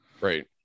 Right